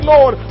Lord